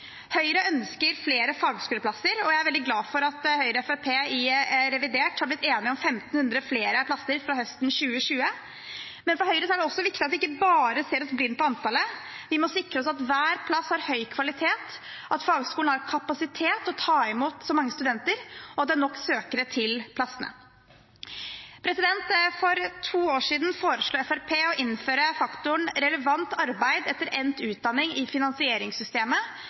Høyre ønsker flere fagskoleplasser, og jeg er veldig glad for at Høyre og Fremskrittspartiet i revidert har blitt enige om 1 500 flere plasser fra høsten 2020. Men for Høyre er det også viktig at vi ikke bare ser oss blind på antallet. Vi må sikre oss at hver plass har høy kvalitet, at fagskolen har kapasitet til å ta imot så mange studenter, og at det er nok søkere til plassene. For to år siden foreslo Fremskrittspartiet å innføre faktoren relevant arbeid etter endt utdanning i finansieringssystemet